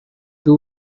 two